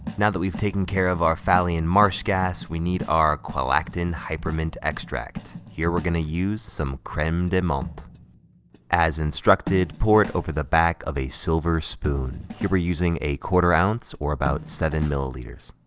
now that we've taken care of our fallian marsh gas, we need our qualactin hypermint extract. here we're gonna use some creme de menthe as instructed, pour it over the back of a silver spoon here we're using a quarter ounce, or about seven milliliters.